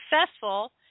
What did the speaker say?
successful